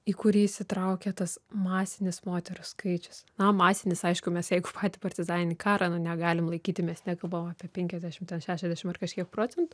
į kurį įsitraukė tas masinis moterų skaičius na masinis aišku mes jeigu patį partizaninį karą nu negalim laikyti mes nekalbam apie penkiasdešim ten šešiasdešim ar kažkiek procentų